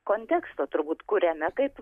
konteksto turbūt kuriame kaip